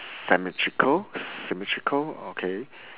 symmetrical symmetrical okay